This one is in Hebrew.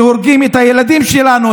שהורגים את הילדים שלנו,